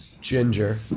Ginger